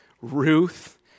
Ruth